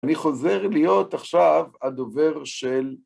אני חוזר להיות עכשיו הדובר של...